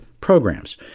programs